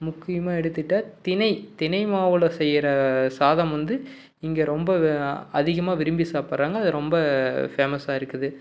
முக்கியமாக எடுத்துட்டா தினை தினை மாவில் செய்கிற சாதம் வந்து இங்க ரொம்ப அதிகமாக விரும்பி சாப்பிட்றாங்க அது ரொம்ப ஃபேமஸாக இருக்குது